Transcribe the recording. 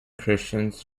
christians